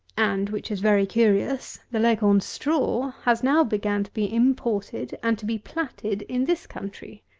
and, which is very curious, the leghorn straw has now began to be imported, and to be platted in this country.